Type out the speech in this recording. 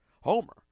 homer